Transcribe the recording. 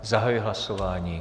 Zahajuji hlasování.